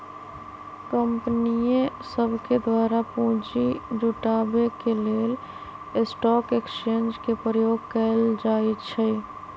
कंपनीय सभके द्वारा पूंजी जुटाबे के लेल स्टॉक एक्सचेंज के प्रयोग कएल जाइ छइ